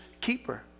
keeper